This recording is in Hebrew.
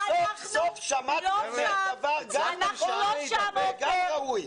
סוף סוף שמעתי ממך דבר גם נכון וגם ראוי.